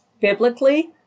biblically